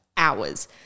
hours